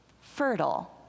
fertile